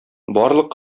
барлык